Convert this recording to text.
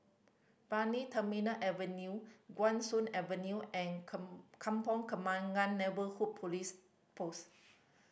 Brani Terminal Avenue Guan Soon Avenue and Kampong Kembangan Neighbourhood Police Post